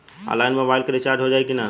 Online mobile recharge हो जाई की ना हो?